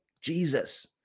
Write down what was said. Jesus